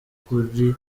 kuri